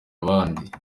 utundi